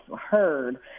heard